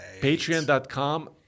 Patreon.com